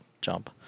jump